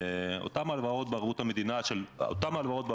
אותן הלוואות בערבות המדינה של 15%,